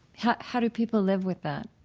how how do people live with that?